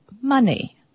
money